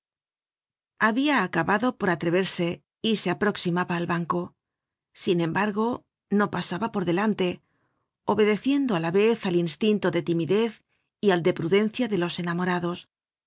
habia acabado por atreverse y se aproximaba al banco sin embargo no pasaba por delante obedeciendo á la vez al instinto de timidez y al de prudencia de los enemorados